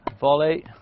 Volley